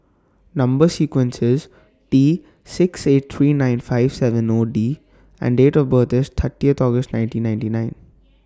Number sequence IS T six eight three nine five seven O D and Date of birth IS thirtieth August nineteen ninety nine